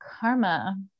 karma